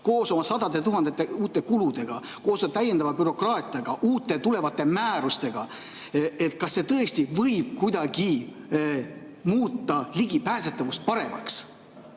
koos oma sadade tuhandete uute kuludega, koos täiendava bürokraatiaga, uute tulevaste määrustega tõesti võib kuidagi muuta ligipääsetavuse paremaks.